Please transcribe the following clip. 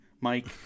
Mike